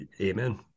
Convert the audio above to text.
Amen